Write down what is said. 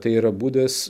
tai yra būdas